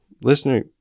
listener